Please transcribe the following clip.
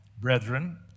brethren